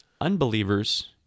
Unbelievers